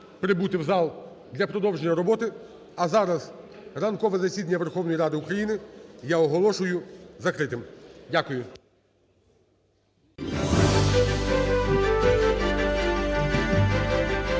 прибути в зал для продовження роботи. А зараз ранкове засідання Верховної Ради України я оголошую закритим. Дякую.